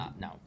No